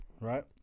right